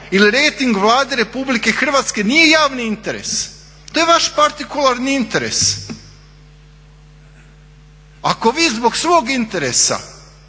ili rejting Vlade Republike Hrvatske nije javni interes, to je vaš partikularni interes. Ako vi zbog svog interesa